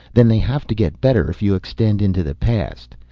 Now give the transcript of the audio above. then they have to get better if you extend into the past.